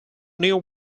new